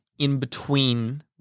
in-between